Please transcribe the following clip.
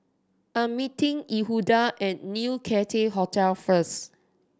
I'm meeting Yehuda at New Cathay Hotel first